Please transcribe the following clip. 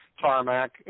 tarmac